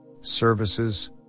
services